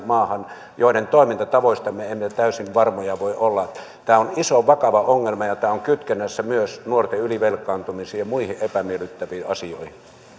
maahan joiden toimintatavoista me emme täysin varmoja voi olla tämä on iso vakava ongelma ja ja tämä on kytkennässä myös nuorten ylivelkaantumisiin ja muihin epämielittäviin asioihin